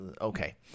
okay